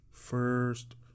First